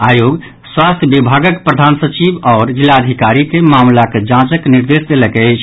आयोग स्वास्थ्य विभागक प्रधान सचिव आओर जिलाधिकारी के मामिलाक जांचक निर्देश देलक अछि